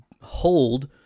Hold